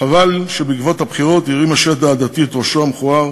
חבל שבעקבות הבחירות הרים השד העדתי את ראשו המכוער